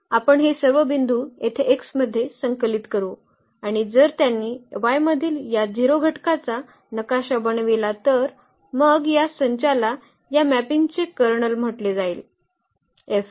आपण हे सर्व बिंदू येथे X मध्ये संकलित करू आणि जर त्यांनी Y मधील या 0 घटकाचा नकाशा बनविला तर मग या संचाला या मॅपिंगचे कर्नल म्हटले जाईल F